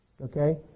Okay